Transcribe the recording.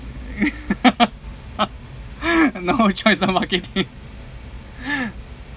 no choice of marketing